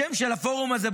השם של הפורום הזה,